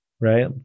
right